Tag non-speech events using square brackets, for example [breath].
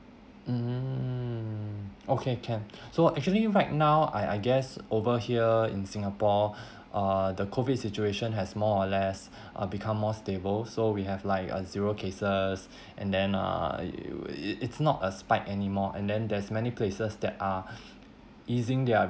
mm okay can [breath] so actually right now I I guess over here in singapore [breath] uh the COVID situation has more or less uh become more stable so we have like uh zero cases [breath] and then uh it will it it's not a spike anymore and then there's many places that are [breath] easing their